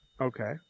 Okay